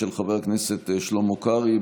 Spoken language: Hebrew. של חבר הכנסת שלמה קרעי,